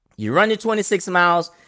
you run your twenty six miles,